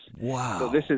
Wow